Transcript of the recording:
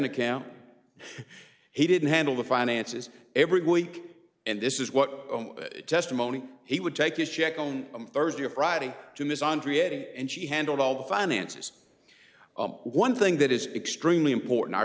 account he didn't handle the finances every week and this is what testimony he would take his check on thursday or friday to miss andrea and she handled all the finances one thing that is extremely important our